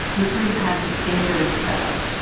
this room had the standard setup,